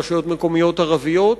רשויות מקומיות ערביות,